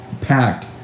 packed